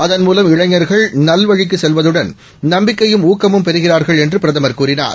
அதன்மூலம்இளைஞர்கள்நல்வழிக்குசெல்வதுடன் நம்பிக்கையும் ஊக்கமும்பெறுகிறார்கள்என்றுபிரதமர்கூறினார்